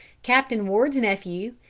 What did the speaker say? captain ward's nephew,